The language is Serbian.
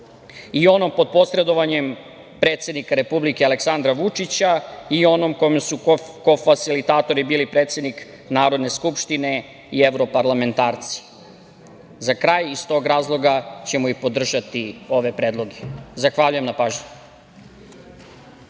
i onom pod posredovanjem predsednika Republike Aleksandra Vučića i onom kome su kofasilitatori bili predsednik Narodne skupštine i evroparlamentarci.Za kraj, iz tog razloga ćemo i podržati ove predloge. Zahvaljujem na pažnji.